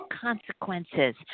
consequences